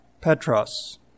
Petros